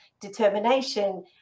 determination